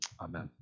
Amen